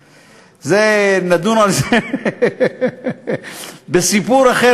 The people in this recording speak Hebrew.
זה דיון אחר, על זה נדון בסיפור אחר